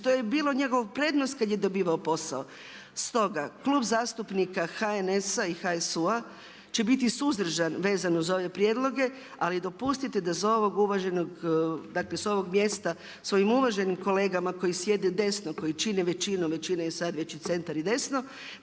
što je bila njegova prednost kad je dobivao posao. Stoga Klub zastupnika HNS-a i HSU-a će biti suzdržan vezano za ove prijedloge ali dopustite da za ovog uvaženog, dakle s ovog mjesta svojim uvaženim kolegama koji sjede desno, koji čine većinu, većina je sad već i centar i desno